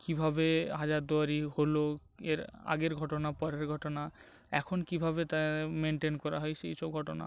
কীভাবে হাজারদুয়ারি হলো এর আগের ঘটনা পরের ঘটনা এখন কীভাবে তা মেনটেন করা হয় সেই সব ঘটনা